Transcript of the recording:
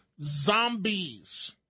zombies